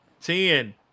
Ten